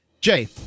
Jay